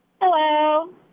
Hello